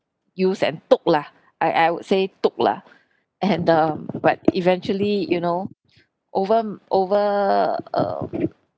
use and took lah I I would say took lah and err but eventually you know over over uh